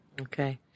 Okay